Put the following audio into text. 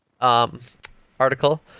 article